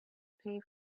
pay